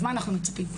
אז מה אנחנו מצפים?